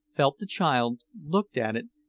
felt the child, looked at it,